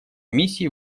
миссии